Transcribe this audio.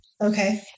Okay